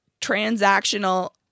transactional